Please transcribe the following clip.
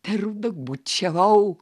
per daug bučiavau